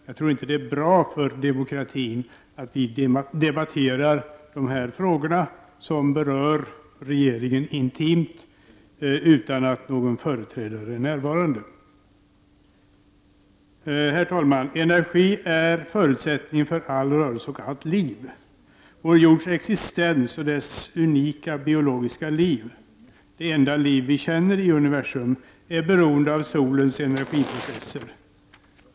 Jag tror inte det är bra för demokratin att vi debatterar dessa frågor som berör regeringen intimt utan att någon företrädare för regeringen är närvarande. Herr talman! Energi är förutsättningen för all rörelse och allt liv. Vår jords existens och dess unika biologiska liv — det enda liv vi känner till i universum — är beroende av solens energiprocesser.